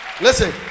Listen